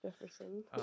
Jefferson